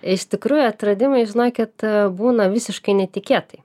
iš tikrųjų atradimai žinokit būna visiškai netikėtai